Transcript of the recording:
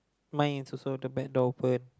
mine is also the back door open